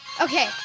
Okay